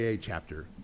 chapter